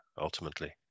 ultimately